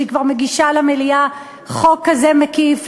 שכשהיא כבר מגישה למליאה חוק כזה מקיף,